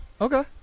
Okay